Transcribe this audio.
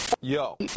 Yo